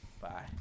Bye